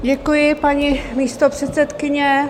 Děkuji, paní místopředsedkyně.